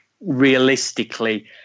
realistically